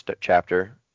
chapter